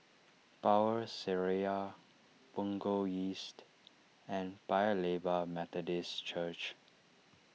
Power Seraya Punggol East and Paya Lebar Methodist Church